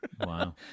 Wow